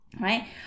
right